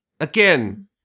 again